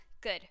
Good